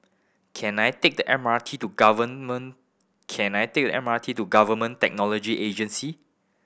can I take the M R T to can I take the M R T to Government Technology Agency